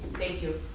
thank you.